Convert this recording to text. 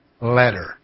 letter